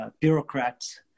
bureaucrats